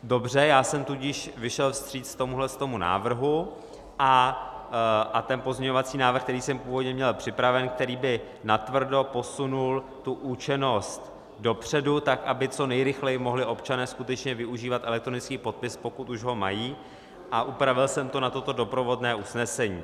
Dobře, já jsem tudíž vyšel vstříc tomuto návrhu a ten pozměňovací návrh, který jsem původně měl připraven, který by natvrdo posunul tu účinnost dopředu, tak aby co nejrychleji mohli občané skutečně využívat elektronický podpis, pokud už ho mají, a upravil jsem to na toto doprovodné usnesení.